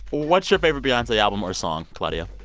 what's your favorite beyonce album or song, claudio?